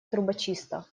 трубочиста